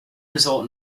result